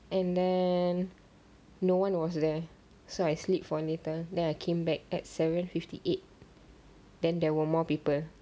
and then no one was there so I sleep for a little then I came back at seven fifty eight then there were more people